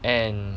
and